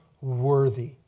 worthy